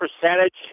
percentage